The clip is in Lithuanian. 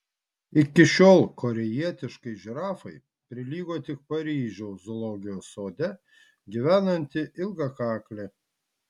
iki šiol korėjietiškai žirafai prilygo tik paryžiaus zoologijos sode gyvenanti ilgakaklė